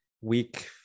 week